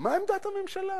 מה עמדת הממשלה,